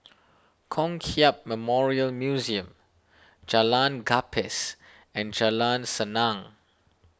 Kong Hiap Memorial Museum Jalan Gapis and Jalan Senang